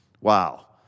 Wow